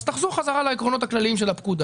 אז תחזור בחזרה לעקרונות הכלליים של הפקודה.